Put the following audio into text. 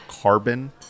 carbon